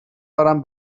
دارم